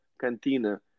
Cantina